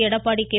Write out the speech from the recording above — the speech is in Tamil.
எடப்பாடி கே